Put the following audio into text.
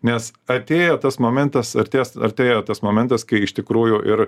nes artėja tas momentas artės artėja tas momentas kai iš tikrųjų ir